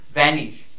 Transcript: vanish